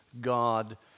God